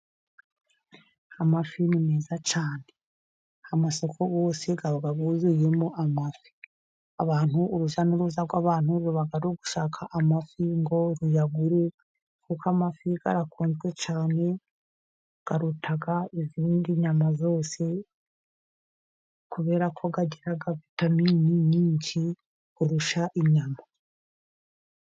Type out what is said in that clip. Amafi ni meza cyane. Amasoko yose aba buzuyemo amafi. Abantu urujya n'uruza rw'abantu baba bari gushaka amafi ngo ruyagure, kuko amafi arakunzwe cyane karuta izindi nyama zose, kubera ko agira vitaminini nyinshi kurusha inyama.